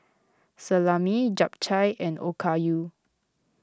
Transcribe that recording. Salami Japchae and Okayu